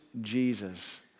Jesus